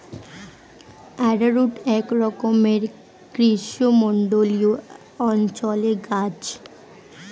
arrowroot একরকমের গ্রীষ্মমণ্ডলীয় অঞ্চলের গাছ